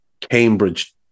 Cambridge